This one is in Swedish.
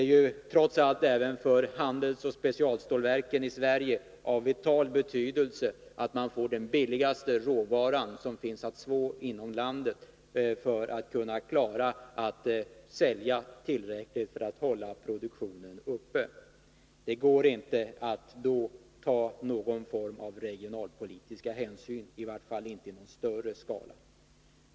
Det är trots allt även för handelsoch specialstålverken i Sverige av vital betydelse att man får den billigaste råvara som finns att få inom landet, om man skall kunna sälja tillräckligt för att hålla produktionen uppe. Det går då inte att ta någon form av regionalpolitiska hänsyn, i varje fall inte i någon större omfattning.